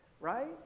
right